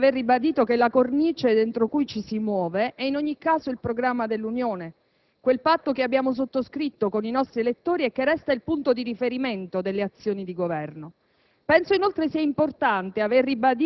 In primo luogo è importante, a mio parere, aver ribadito che la cornice entro cui ci si muove è, in ogni caso, il programma dell'Unione, quel patto che abbiamo sottoscritto con i nostri elettori e che resta il punto di riferimento delle azioni di Governo.